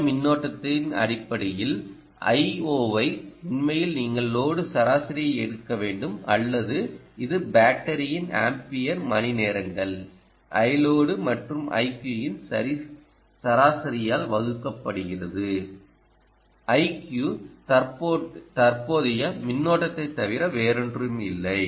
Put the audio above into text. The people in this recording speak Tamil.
மொத்த மின்னோட்டத்தை அடிப்படையில் Iஒ இது உண்மையில் நீங்கள் லோடு சராசரியை எடுக்க வேண்டும் அல்லது இது பேட்டரியின் ஆம்பியர் மணிநேரங்கள் Iloadமற்றும் iq இன் சராசரியால் வகுக்கப்படுகிறது iq தற்போதைய மின்னோட்டத்தைத் தவிர வேறொன்றுமில்லை